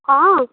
हँ